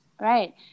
right